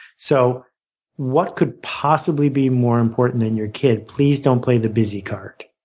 so what could possibly be more important than your kid? please don't play the busy card.